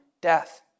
death